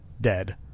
dead